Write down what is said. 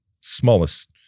smallest